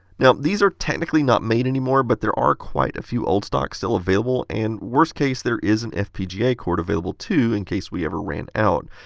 now these are technically not made anymore, but there are quite a few old-stock still available. and worse case, there is an fpga core available too in case we ever ran out.